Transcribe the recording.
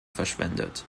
verschwendet